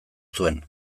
zuen